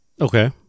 okay